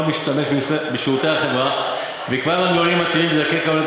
משתמש בשירותי החברה וקביעת מנגנונים מתאימים בדרכי קבלת